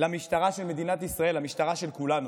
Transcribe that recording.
למשטרה של מדינת ישראל, המשטרה של כולנו.